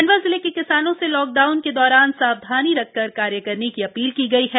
खंडवा जिले के किसानों से लॉकडाउन के दौरान सावधानी रखकर कार्य करने की अपील की गई है